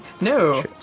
No